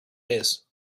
pace